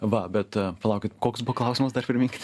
va bet palaukit koks buvo klausimas dar priminkit